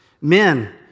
Men